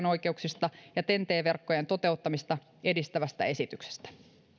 oikeuksista ja ten t verkkojen toteuttamista edistävästä esityksestä